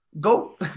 Go